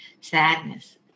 sadness